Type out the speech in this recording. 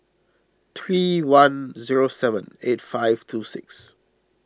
three one zero seven eight five two six